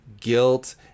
guilt